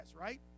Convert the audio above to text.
right